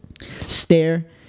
stare